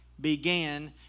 Began